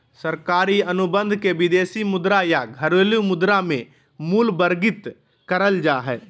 सरकारी अनुबंध के विदेशी मुद्रा या घरेलू मुद्रा मे मूल्यवर्गीत करल जा हय